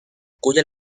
cuya